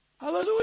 Hallelujah